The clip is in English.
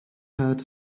heard